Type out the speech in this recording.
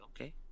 Okay